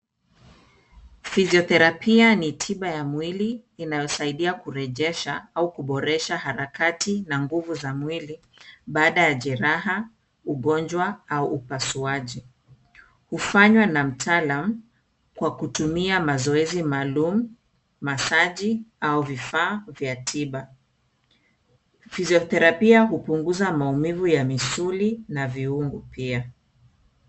Fisiotherapia ni tiba ya mwili inayosaidia kurejesha au kuboresha harakati na nguvu za mwili baada ya jeraha, ugonjwa au upasuaji. Hufanywa na mtaalam kwa kutumia mazoezi maalum, masaji, au vifaa vya tiba. Fisiotherapia hupunguza maumivu ya misuli na viungo pia.